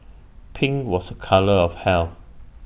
pink was A colour of health